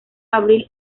abril